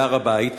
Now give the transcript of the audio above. להר-הבית,